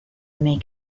make